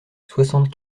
soixante